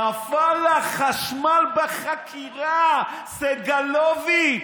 נפל החשמל בחקירה, סגלוביץ'.